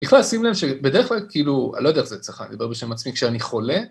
בכלל, שים להם שבדרך כלל, כאילו, אני לא יודע איך זה אצלך, אני אדבר בשם עצמי כשאני חולה.